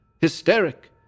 hysteric